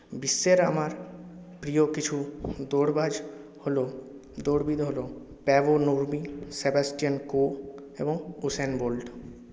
বিশ্বের আমার প্রিয় কিছু দৌড়বাজ হল দৌড়বিদ হল প্যাভো নুরমি স্যাভাস্টিয়ান কো এবং হুসেন বোল্ট